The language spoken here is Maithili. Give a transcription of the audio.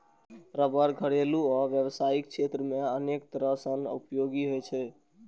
रबड़ घरेलू आ व्यावसायिक क्षेत्र मे अनेक तरह सं उपयोगी होइ छै